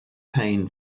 pain